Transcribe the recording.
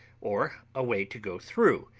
or a way to go through,